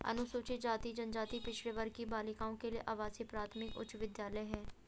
अनुसूचित जाति जनजाति पिछड़े वर्ग की बालिकाओं के लिए आवासीय प्राथमिक उच्च विद्यालय है